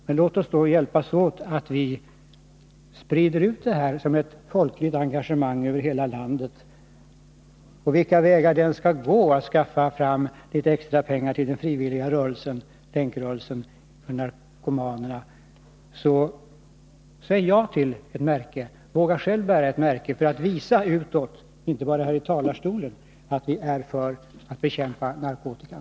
Men låt oss då hjälpas åt med att sprida ut detta för att få ett folkligt engagemang över hela landet. En väg att gå för att skaffa fram litet extra pengar till den frivilliga länkrörelsen för narkomaner är att säga ja till ett märke. Vi borde själva våga bära ett sådant märke för att utåt visa — och inte bara här i talarstolen — att vi är för ett bekämpande av narkotikan.